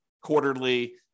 quarterly